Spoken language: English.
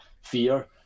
fear